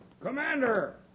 Commander